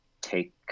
take